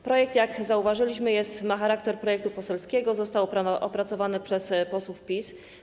Projekt, jak zauważyliśmy, ma charakter projektu poselskiego, został opracowany przez posłów PiS.